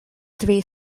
three